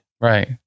Right